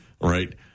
right